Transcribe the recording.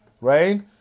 right